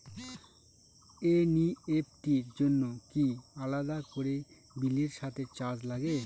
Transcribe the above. NEFT র জন্য কি আলাদা করে বিলের সাথে চার্জ লাগে?